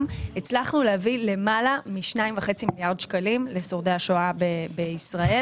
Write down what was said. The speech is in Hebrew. הצלחנו להביא יותר מ-2.5 מיליארד שקלים לשורדי השואה בישראל,